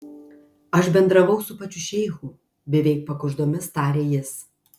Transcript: aš bendravau su pačiu šeichu beveik pakuždomis tarė jis